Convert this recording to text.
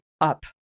up